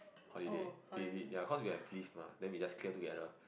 holiday we we cause we have leave mah then we just clear together